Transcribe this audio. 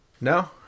No